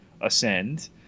ascend